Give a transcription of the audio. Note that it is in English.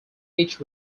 each